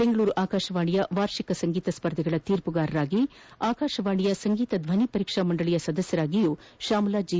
ಬೆಂಗಳೂರು ಆಕಾಶವಾಣಿಯ ವಾರ್ಷಿಕ ಸಂಗೀತ ಸ್ಪರ್ಧೆಗಳ ತೀರ್ಮಗಾರರಾಗಿ ಆಕಾಶವಾಣಿಯ ಸಂಗೀತ ಧ್ವನಿ ಪರೀಕ್ಷಾ ಮಂಡಳಿಯ ಸದಸ್ಯರಾಗಿಯೂ ಶಾಮಲಾ ಜೆ